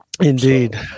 Indeed